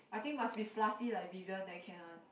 I think must be slutty like Vivian then can one